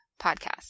podcast